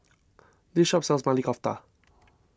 this shop sells Maili Kofta